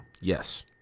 Yes